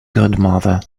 godmother